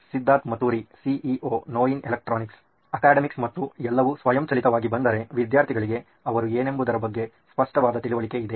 Siddharth Maturi CEO ನೋಯಿನ್ electronics academics ಮತ್ತು ಎಲ್ಲವೂ ಸ್ವಯಂಚಾಲಿತವಾಗಿ ಬಂದರೆ ವಿದ್ಯಾರ್ಥಿಗಳಿಗೆಗೆ ಅವರು ಏನೆಂಬುದರ ಬಗ್ಗೆ ಸ್ಪಷ್ಟವಾದ ತಿಳುವಳಿಕೆ ಇದೆ